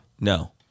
No